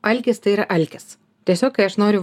alkis tai yra alkis tiesiog kai aš noriu